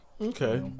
Okay